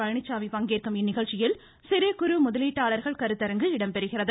பழனிச்சாமி பங்கேற்கும் இந்நிகழ்ச்சியில் சிறு குறு முதலீட்டாளர்கள் கருத்தரங்கு இடம்பெறுகிறது